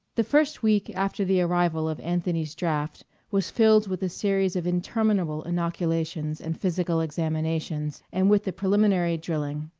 the first week after the arrival of anthony's draft was filled with a series of interminable inoculations and physical examinations, and with the preliminary drilling.